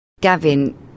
Gavin